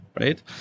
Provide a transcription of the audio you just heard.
Right